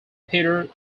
peter